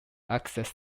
access